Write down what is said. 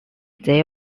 they